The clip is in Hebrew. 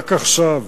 רק עכשיו